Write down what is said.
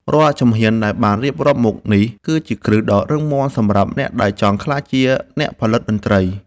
រាល់ជំហានដែលបានរៀបរាប់មកនេះគឺជាគ្រឹះដ៏រឹងមាំសម្រាប់អ្នកដែលចង់ក្លាយជាអ្នកផលិតតន្ត្រី។